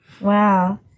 Wow